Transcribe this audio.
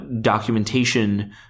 documentation